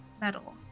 metal